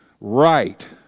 right